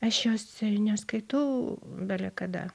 aš jos ir neskaitau bele kada